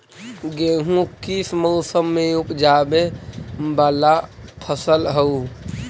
गेहूं किस मौसम में ऊपजावे वाला फसल हउ?